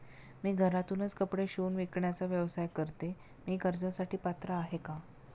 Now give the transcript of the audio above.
मी घरातूनच कपडे शिवून विकण्याचा व्यवसाय करते, मी कर्जासाठी पात्र आहे का?